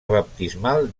baptismal